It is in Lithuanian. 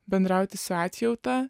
bendrauti su atjauta